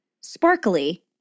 sparkly